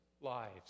lives